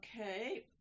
Okay